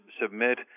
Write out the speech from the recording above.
submit